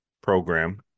program